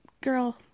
girl